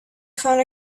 found